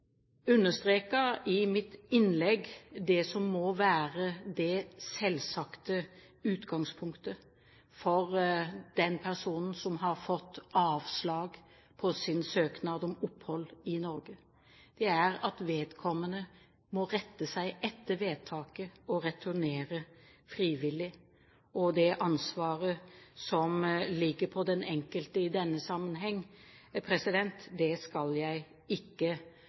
understreket i mitt innlegg det som må være det selvsagte utgangspunktet for den personen som har fått avslag på sin søknad om opphold i Norge. Det er at vedkommende må rette seg etter vedtaket og returnere frivillig. Det ansvaret som ligger på den enkelte i denne sammenheng, skal jeg ikke gjenta. Når det